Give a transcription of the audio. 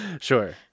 sure